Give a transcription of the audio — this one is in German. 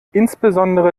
insbesondere